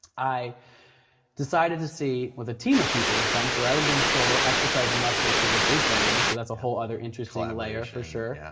i decided to see, with a team of people this time, so rather than being solo, exercise the muscle of sort of a group dynamic, so that's a whole other interesting layer layer for sure.